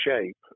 shape